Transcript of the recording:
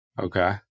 Okay